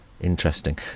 Interesting